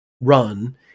run